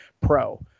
pro